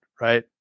right